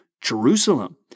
Jerusalem